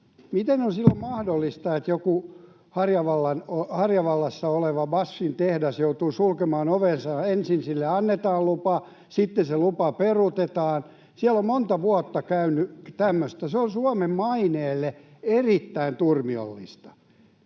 Miten on silloin mahdollista, että joku Harjavallassa oleva BASFin tehdas joutuu sulkemaan ovensa? Ensin sille annetaan lupa, sitten se lupa peruutetaan. Siellä on monta vuotta käynyt tämmöistä. Se on Suomen maineelle erittäin turmiollista.